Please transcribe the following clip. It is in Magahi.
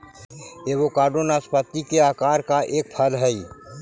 एवोकाडो नाशपाती के आकार का एक फल हई